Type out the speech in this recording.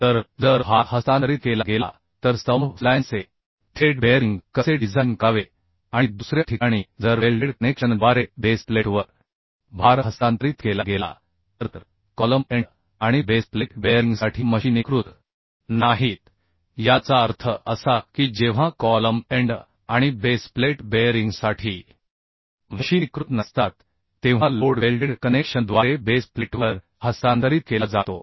तर जर भार हस्तांतरित केला गेला तर स्तंभ फ्लॅंजचे थेट बेअरिंग कसे डिझाइन करावे आणि दुसऱ्या ठिकाणी जर वेल्डेड कनेक्शनद्वारे बेस प्लेटवर भार हस्तांतरित केला गेला तर तर कॉलम एंड आणि बेस प्लेट बेअरिंगसाठी मशीनीकृत नाहीत याचा अर्थ असा की जेव्हा कॉलम एंड आणि बेस प्लेट बेयरिंगसाठी मशीनीकृत नसतात तेव्हा लोड वेल्डेड कनेक्शनद्वारे बेस प्लेटवर हस्तांतरित केला जातो